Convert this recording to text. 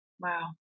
Wow